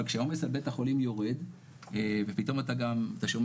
אבל כשעומס על בית החולים יורד ופתאום אתה שומע,